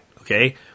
Okay